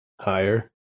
higher